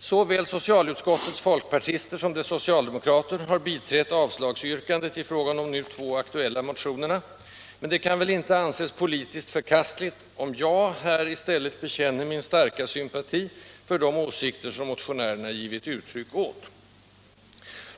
Såväl socialutskottets folkpartister som dess socialdemokrater har biträtt avslagsyrkandet i fråga om de två nu aktuella motionerna, men det kan väl inte anses politiskt förkastligt, om jag här i stället bekänner min starka sympati för de åsikter som motionärerna givit uttryck åt.